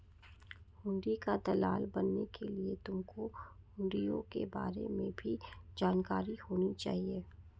हुंडी का दलाल बनने के लिए तुमको हुँड़ियों के बारे में भी जानकारी होनी चाहिए